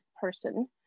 person